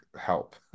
help